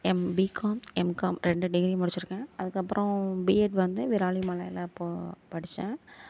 M BCom MCom ரெண்டு degree முடிச்சிருக்கேன் அதுக்கப்புறோம் பிஎட் வந்து விராலிமலையில் அப்போ படித்தேன்